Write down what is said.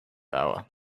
power